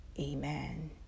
Amen